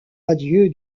adieu